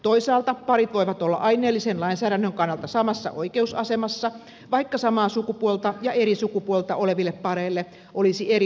toisaalta parit voivat olla aineellisen lainsäädännön kannalta samassa oikeusasemassa vaikka samaa sukupuolta ja eri sukupuolta oleville pareille olisi eri parisuhdeinstituutiot